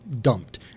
dumped